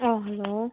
hello